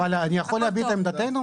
אבל גברתי,